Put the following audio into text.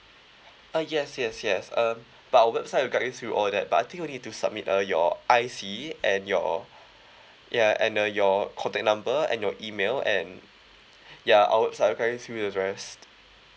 uh yes yes yes uh but our website will guide you through all that but I think you only need to submit uh your I_C and your ya and uh your contact number and your email and ya our website will guide you through the rest